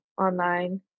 online